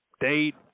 date